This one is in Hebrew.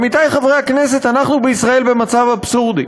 עמיתי חברי הכנסת, אנחנו בישראל במצב אבסורדי: